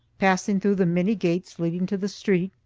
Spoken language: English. passing through the many gates leading to the street,